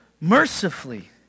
mercifully